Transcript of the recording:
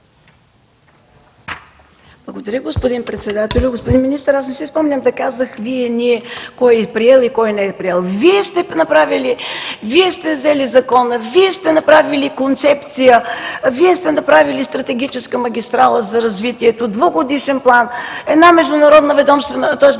Благодаря, господин председател. Господин министър, аз не си спомням да казах: Вие, ние, кой е приел и кой не е приел. Вие сте направили, Вие сте взели закона, Вие сте направили концепция, Вие сте направили стратегическа магистрала за развитието, двугодишен план, една междуведомствена